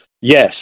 yes